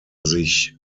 sich